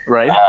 Right